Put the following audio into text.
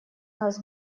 нас